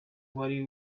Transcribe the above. wari